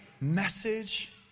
message